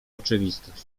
oczywistość